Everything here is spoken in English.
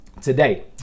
today